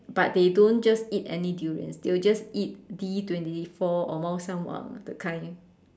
but they don't just eat any durian they will just eat D twenty four or Maoshan-Wang that kind